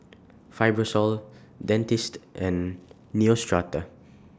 Fibrosol Dentiste and Neostrata